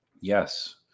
Yes